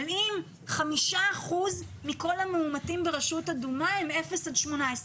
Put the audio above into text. אבל אם חמישה אחוזים מכל המאומתים ברשות אדומה הם מגיל אפס עד 18,